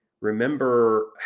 Remember